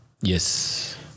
Yes